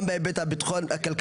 גם בהיבט הכלכלי,